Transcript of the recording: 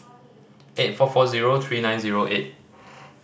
eight four four zero three nine zero eight